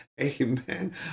Amen